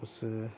اس